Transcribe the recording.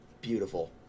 beautiful